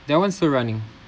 that one still running